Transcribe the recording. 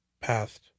passed